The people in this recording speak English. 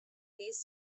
these